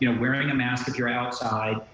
you know wearing a mask if you are outside,